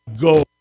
go